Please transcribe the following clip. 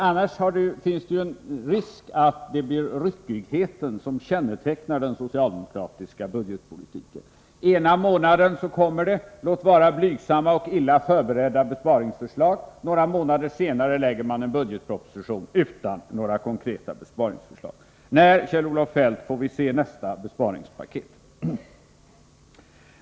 Annars finns det en risk för att den socialdemokratiska budgetpolitiken kommer att kännetecknas av ryckighet. Ena månaden kommer det låt vara blygsamma och illa förberedda men dock besparingsförslag. Några månader senare framlägger man en budgetproposition utan några konkreta besparingsförslag. När, Kjell-Olof Feldt, får vi se nästa besparingspaket?